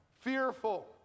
fearful